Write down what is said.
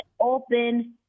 open